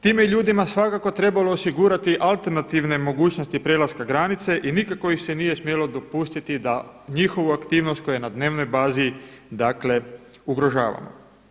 Tim je ljudima svakako trebalo osigurati alternativne mogućnosti prelaska granice i nikako ih se nije smjelo dopustiti da njihovu aktivnost koja je na dnevnoj bazi ugrožavamo.